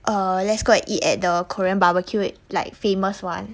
err let's go and eat at the korean barbecue like famous [one]